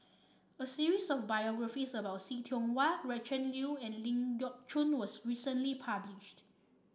a series of biographies about See Tiong Wah Gretchen Liu and Ling Geok Choon was recently published